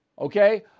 okay